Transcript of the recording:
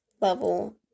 level